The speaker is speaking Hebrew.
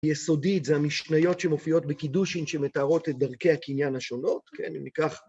יסודית זה המשניות שמופיעות בקידושין שמתארות את דרכי הקניין השונות, כן, ניקח